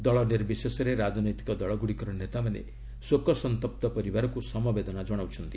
ଦଳ ନିର୍ବଶେଷରେ ରାଜନୈତିକ ଦଳଗୁଡ଼ିକର ନେତାମାନେ ଶୋକସନ୍ତପ୍ତ ପରିବାରକୁ ସମବେଦନା ଜଣାଉଛନ୍ତି